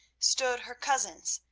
stood her cousins,